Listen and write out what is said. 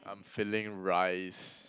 I'm feeling rice